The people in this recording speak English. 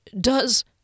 Does